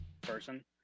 person